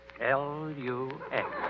L-U-X